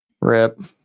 rip